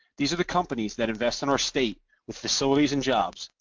these are the companies that invest in our state with facilities and jobs,